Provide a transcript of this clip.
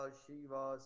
shiva